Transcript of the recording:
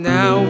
Now